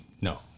no